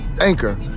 Anchor